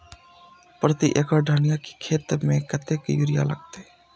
प्रति एकड़ धनिया के खेत में कतेक यूरिया लगते?